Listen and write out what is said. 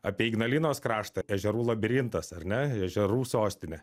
apie ignalinos kraštą ežerų labirintas ar ne ežerų sostinė